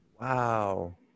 Wow